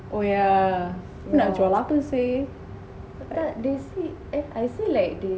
oh yeah aku nak jual apa seh